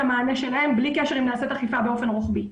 המענה שלהם בלי קשר אם נעשית אכיפה באופן רוחבי,